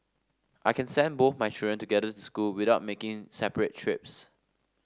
I can send both my children together school without making separate trips